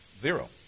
zero